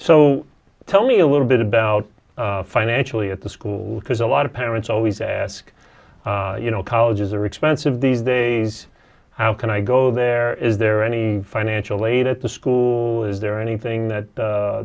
so tell me a little bit about financially at the school because a lot of of parents always ask you know colleges are expensive these days how can i go there is there any financial aid at the school is there anything